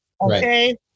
Okay